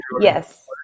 Yes